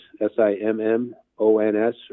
S-I-M-M-O-N-S